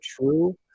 true